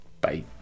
Bye